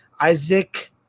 Isaac